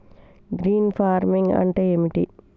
Green farming అంటే ఏమిటి?